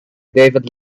david